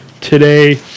today